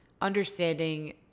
understanding